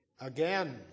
again